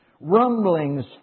rumblings